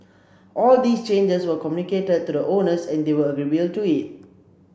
all these changes were communicated to the owners and they were agreeable to it